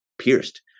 pierced